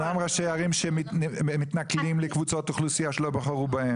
יש ראשי ערים שמתנכלים לקבוצות אוכלוסייה שלא בחרו בהם.